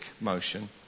motion